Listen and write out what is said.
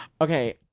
Okay